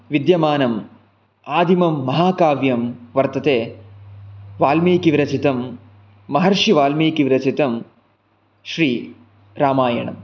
विद्यमानम् आदिमं महाकाव्यं वर्तते वाल्मीकिविरचितं महर्षिवाल्मीकिविरचितं श्रीरामायणं